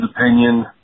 opinion